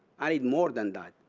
i need more than that.